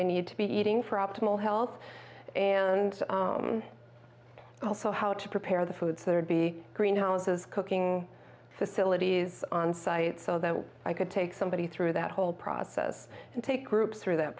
they need to be eating for optimal health and also how to prepare the foods that would be greenhouses cooking facilities on site so that i could take somebody through that whole process and take groups through that